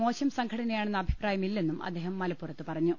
മോശം സംഘടനയാണെന്ന അഭിപ്രായമില്ലെന്നും അദ്ദേഹം മലപ്പുറത്ത് പറഞ്ഞു